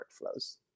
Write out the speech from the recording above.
workflows